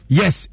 yes